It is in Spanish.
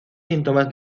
síntomas